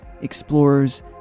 explorers